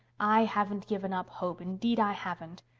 i haven't given up hope, indeed i haven't.